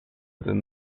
than